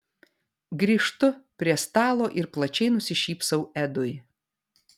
grįžtu prie stalo ir plačiai nusišypsau edui